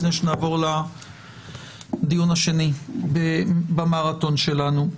לפני שנעבור לדיון השני במרתון שלנו.